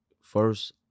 first